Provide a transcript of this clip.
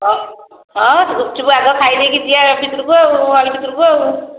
ହଁ ହଁ ଗୁପଚୁପ୍ ଆଗ ଖାଇଦେଇକି ଯିବା ଭିତରକୁ ଆଉ ହଲ୍ ଭିତରକୁ ଆଉ